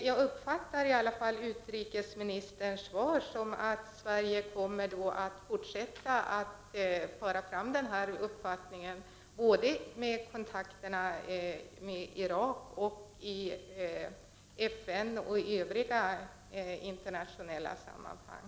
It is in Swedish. Jag fick av utrikesministerns svar uppfattningen att Sverige kommer att fortsätta att föra fram denna uppfattning i kontakterna med Irak och i FN och övriga internationella sammanhang.